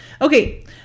Okay